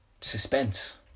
suspense